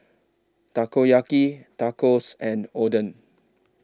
Takoyaki Tacos and Oden